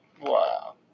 Wow